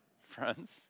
friends